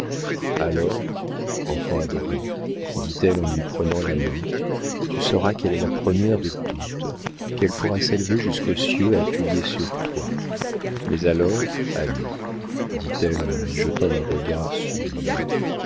alors enfant adoré dit-elle en lui prenant la main tu sauras qu'elle est la première de toutes qu'elle pourra s'élever jusqu'aux cieux appuyée sur toi mais alors ami dit-elle en lui jetant un regard sublime